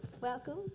Welcome